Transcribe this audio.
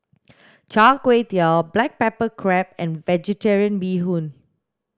char kway teow black pepper crab and vegetarian bee hoon